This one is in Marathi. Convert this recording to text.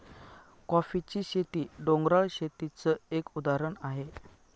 कॉफीची शेती, डोंगराळ शेतीच एक उदाहरण आहे